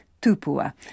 Tupua